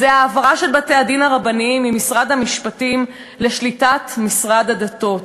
ההעברה של בתי-הדין הרבניים ממשרד המשפטים לשליטת משרד הדתות,